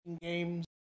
games